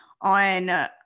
on